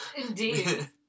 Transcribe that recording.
Indeed